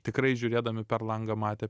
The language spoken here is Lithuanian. tikrai žiūrėdami per langą matė